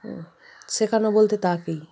ও শেখানো বলতে তাকেই